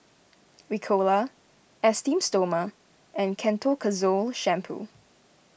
Ricola Esteem Stoma and Ketoconazole Shampoo